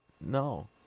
No